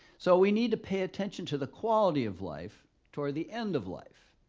so we need to pay attention to the quality of life toward the end of life.